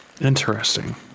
Interesting